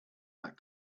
that